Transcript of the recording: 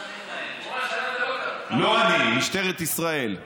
לא אני, משטרת ישראל.